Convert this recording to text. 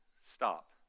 Stop